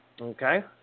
Okay